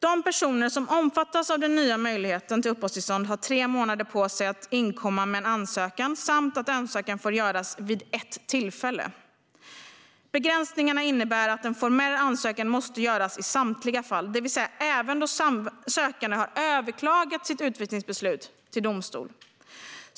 De personer som omfattas av den nya möjligheten till uppehållstillstånd har tre månader på sig att inkomma med en ansökan, och ansökan får göras vid ett tillfälle. Begränsningarna innebär att en formell ansökan måste göras i samtliga fall, det vill säga även då sökanden har överklagat sitt utvisningsbeslut till domstol.